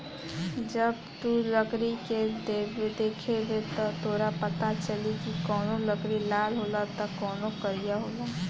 जब तू लकड़ी के देखबे त तोरा पाता चली की कवनो लकड़ी लाल होला त कवनो करिया होला